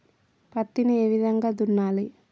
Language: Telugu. పత్తిని ఏ విధంగా దున్నాలి?